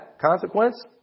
consequence